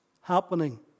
happening